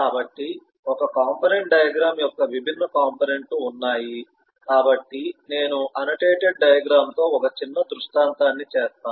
కాబట్టి ఒక component diagram యొక్క విభిన్న కంపోనెంట్ లు ఉన్నాయి కాబట్టి నేను ఆనోటటెడ్ డయాగ్రమ్ తో ఒక చిన్న దృష్టాంతాన్ని చేస్తాను